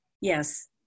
Yes